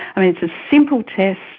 um it's a simple test.